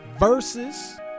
Versus